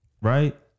right